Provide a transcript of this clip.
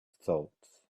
thoughts